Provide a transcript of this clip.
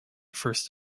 first